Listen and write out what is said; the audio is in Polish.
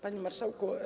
Panie Marszałku!